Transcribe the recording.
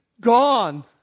gone